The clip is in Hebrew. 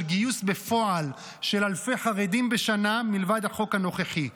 גיוס בפועל של אלפי חרדים בשנה מלבד החוק הנוכחי.